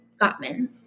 Gottman